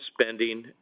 spending